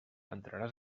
entraràs